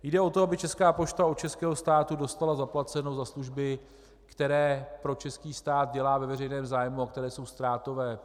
Jde o to, aby Česká pošta od českého státu dostala zaplaceno za služby, které pro český stát dělá ve veřejném zájmu a které jsou ztrátové.